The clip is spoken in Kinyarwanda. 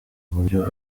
uburyo